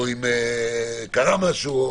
או קרה משהו,